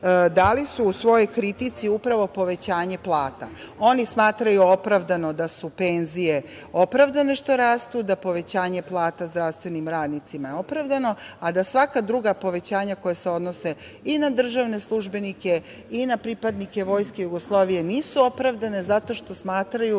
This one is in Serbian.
dali su u svojoj kritici upravo povećanje plata. Oni smatraju opravdano da su penzije opravdane što rastu, da povećanje plata zdravstvenim radnicima je opravdano, a da svaka druga povećanja koja se odnose i na državne službenike i na pripadnike Vojske Jugoslavije nisu opravdana zato što smatraju